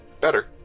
Better